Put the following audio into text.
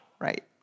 right